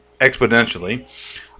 exponentially